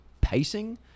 pacing